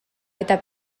eta